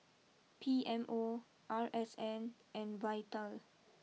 P M O R S N and Vital